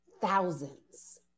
thousands